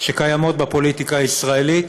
שקיימות בפוליטיקה הישראלית